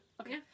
Okay